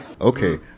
Okay